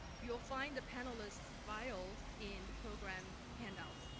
you'll find the panelists' bios in the program handouts.